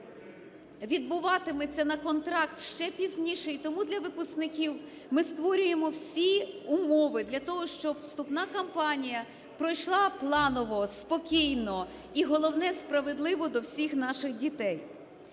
відбуватиметься на контракт ще пізніше, і тому для випускників ми створюємо всі умови для того, щоб вступна кампанія пройшла планово, спокійно і головне – справедливо до всіх наших дітей.